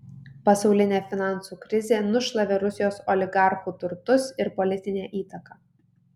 pasaulinė finansų krizė nušlavė rusijos oligarchų turtus ir politinę įtaką